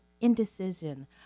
indecision